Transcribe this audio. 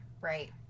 Right